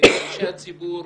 אנשי הציבור,